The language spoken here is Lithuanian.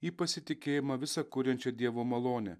į pasitikėjimą visa kuriančia dievo malone